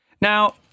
Now